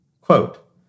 Quote